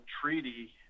treaty